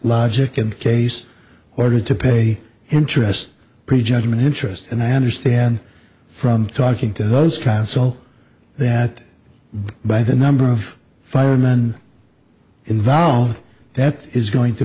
logic and case ordered to pay interest pre judgment interest and i understand from talking to those kinds so that by the number of fire men involved that is going to